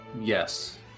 Yes